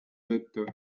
tõttu